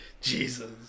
Jesus